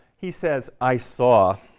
he says i saw